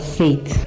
faith